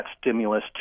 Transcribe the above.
stimulus